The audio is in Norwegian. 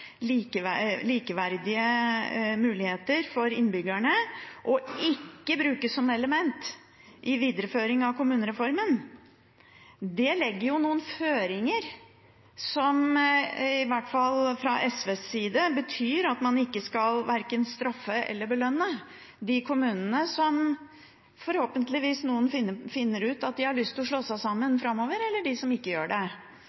sikre likeverdige muligheter til å utvikle velferdstjenester til innbyggerne og ikke brukes som element i videreføring av kommunereformen.» Det legger noen føringer som i hvert fall fra SVs side betyr at man ikke skal straffe eller belønne verken de kommunene hvor forhåpentligvis noen finner ut at de har lyst til å slå seg sammen framover, eller de som ikke gjør det.